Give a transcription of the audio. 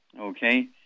Okay